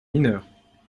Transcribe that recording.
mineurs